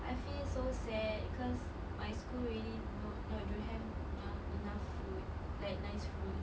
I feel so sad cause my school really no don't have not enough food like nice food